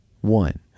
One